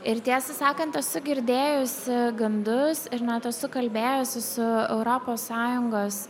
ir tiesą sakant esu girdėjusi gandus ir net esu sukalbėjusi su europos sąjungos